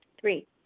Three